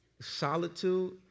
solitude